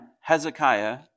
Hezekiah